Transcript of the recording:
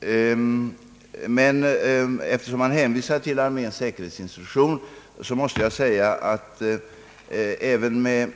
Eftersom det emellertid har hänvisats till arméns säkerhetsinstruktion måste jag säga, att även med